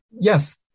yes